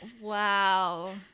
Wow